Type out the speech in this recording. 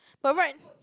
but what